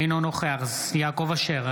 אינו נוכח יעקב אשר,